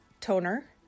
toner